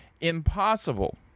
impossible